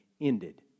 ended